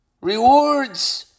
Rewards